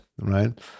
right